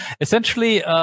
essentially